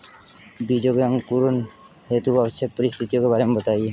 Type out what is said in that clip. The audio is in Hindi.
बीजों के अंकुरण हेतु आवश्यक परिस्थितियों के बारे में बताइए